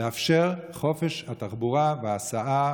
לאפשר חופש תחבורה והסעה,